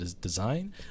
design